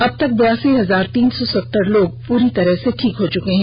अब तक बयासी हजार तीन सौ सत्तर लोग पूरी तरह से ठीक हो चुके हैं